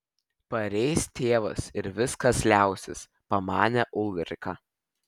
pareis tėvas ir viskas liausis pamanė ulrika